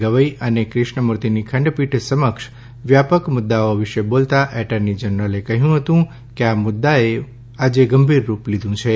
ગવઈ અને ક્રિષ્નમૂર્તિની ખંડપીઠ સમક્ષ વ્યાપક મુદ્દાઓ વિશે બોલતા એટર્ની જનરલે કહ્યું હતું કે આ મુદ્દાએ આજે ગંભીર રૂપ લીધું છે